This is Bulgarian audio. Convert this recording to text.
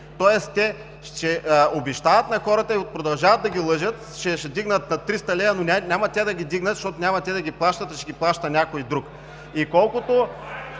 Тоест те обещават на хората и продължават да ги лъжат, че ще вдигнат на 300 лв., но няма те да ги вдигнат, защото няма те да ги плащат, а ще ги плаща някой друг. (Шум